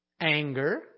anger